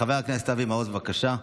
חבר הכנסת אבי מעוז, בבקשה.